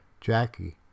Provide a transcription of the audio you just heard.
Jackie